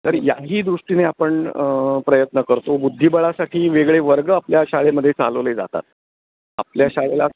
तर याही दृष्टीने आपण प्रयत्न करतो बुद्धिबळासाठी वेगळे वर्ग आपल्या शाळेमध्ये चालवले जातात आपल्या शाळेला